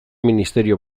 ministerio